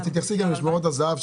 תתייחסי גם למשמרות הזה"ב,